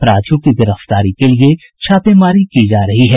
अपराधियों की गिरफ्तारी के लिए छापेमारी की जा रही है